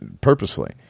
purposefully